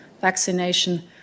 vaccination